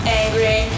angry